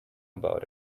about